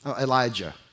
Elijah